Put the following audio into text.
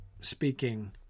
speaking